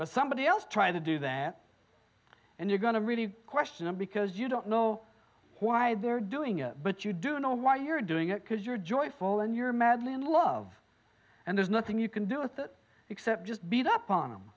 but somebody else try to do that and you're going to really question them because you don't know why they're doing it but you do know why you're doing it because you're joyful and you're madly in love and there's nothing you can do with it except just beat up on them